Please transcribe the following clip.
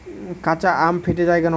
কাঁচা আম ফেটে য়ায় কেন?